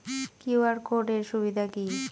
QR code এর সুবিধা কি?